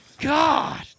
God